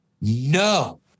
No